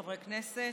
חברי הכנסת,